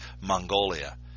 Mongolia